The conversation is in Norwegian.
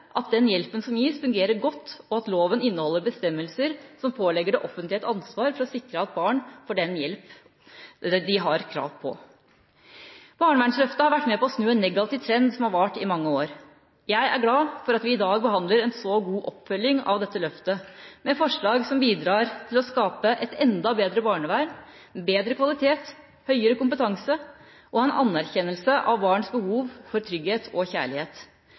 at den hjelpen som gis, fungerer godt, og at loven inneholder bestemmelser som pålegger det offentlige et ansvar for å sikre at barn får den hjelp de har krav på. Barnevernsløftet har vært med på å snu en negativ trend som har vart i mange år. Jeg er glad for at vi i dag behandler en så god oppfølging av dette løftet, med forslag som bidrar til å skape et enda bedre barnevern, med bedre kvalitet, høyere kompetanse og en anerkjennelse av barns behov for trygghet og kjærlighet.